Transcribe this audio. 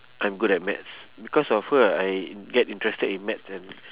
I'm good at maths because of her I get interested in maths and